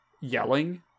yelling